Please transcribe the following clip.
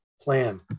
plan